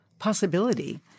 Possibility